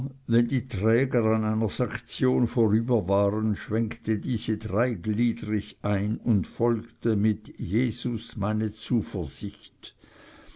wenn die träger an einer sektion vorüber waren schwenkte diese dreigliedrig ein und folgte mit jesus meine zuversicht